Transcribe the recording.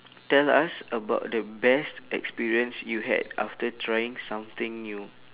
tell us about the best experience you had after trying something new